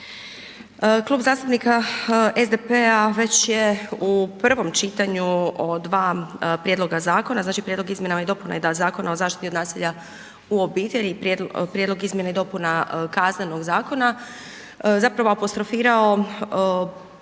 Klub zastupnika SDP-a već je u prvom čitanju o dva prijedloga zakona, znači Prijedlog o izmjenama i dopunama Zakona o zaštiti od nasilja u obitelji i Prijedlog izmjena i dopuna Kaznenog zakona zapravo apostrofirao